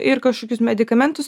ir kažkokius medikamentus